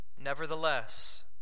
Nevertheless